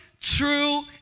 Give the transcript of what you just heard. true